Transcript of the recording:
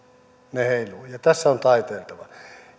ne heiluvat ja ja tässä on taiteiltava